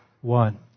one